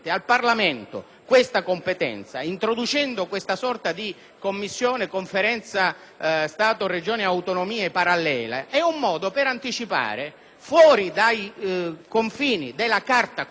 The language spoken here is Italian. questa competenza, introducendo una sorta di Conferenza Stato-Regioni e autonomie parallela è un modo per anticipare fuori dai confini della Carta costituzionale